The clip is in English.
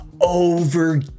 over